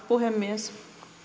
puhemies